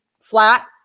flat